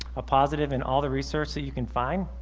a positive and all the research that you can find